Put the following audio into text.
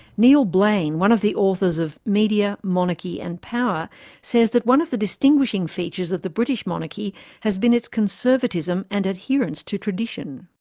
neil blain, one of the authors of media, monarchy and power says that one of the distinguishing features of the british monarchy has been its conservatism and adherence to tradition.